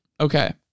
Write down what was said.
Okay